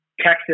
Texas